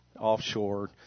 offshore